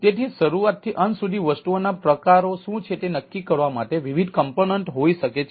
તેથી શરૂઆત થી અંત સુધી વસ્તુઓના પ્રકારો શું છે તે નક્કી કરવા માટે વિવિધ ઘટકો હોઈ શકે છે